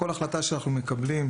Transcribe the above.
כל החלטה שאנחנו מקבלים,